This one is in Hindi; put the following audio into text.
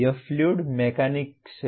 यह फ्लूइड मैकेनिक्स है